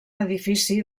edifici